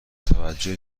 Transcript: توجه